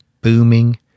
booming